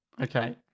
Okay